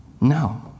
No